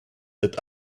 that